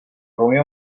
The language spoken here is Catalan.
reunió